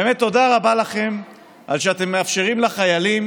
באמת תודה רבה לכם על שאתם מאפשרים לחיילים,